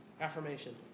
Affirmation